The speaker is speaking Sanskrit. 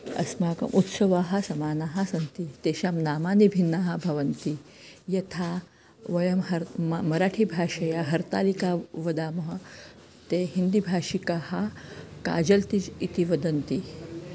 अस्माकम् उत्सवाः समानाः सन्ति तेषां नामानि भिन्नानि भवन्ति यथा वयं हर् म मराठीभाषया हर्तालिका वदामः ते हिन्दीभाषिकाः काजल्तिज् इति वदन्ति